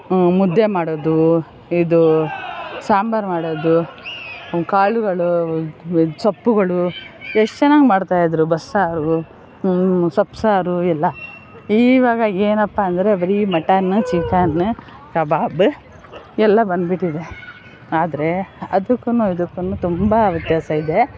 ಮುದ್ದೆ ಮಾಡೋದು ಇದು ಸಾಂಬಾರು ಮಾಡೋದು ಕಾಳುಗಳು ಸೊಪ್ಪುಗಳು ಎಷ್ಟು ಚೆನ್ನಾಗಿ ಮಾಡ್ತಾಯಿದ್ದರು ಬಸ್ಸಾರು ಸೊಪ್ಸಾರು ಎಲ್ಲ ಈವಾಗ ಏನಪ್ಪಾ ಅಂದರೆ ಬರೀ ಮಟನ್ನ ಚಿಕನ್ನ ಕಬಾಬ ಎಲ್ಲ ಬಂದ್ಬಿಟ್ಟಿದೆ ಆದರೆ ಅದಕ್ಕೂ ಇದಕ್ಕೂ ತುಂಬ ವ್ಯತ್ಯಾಸ ಇದೆ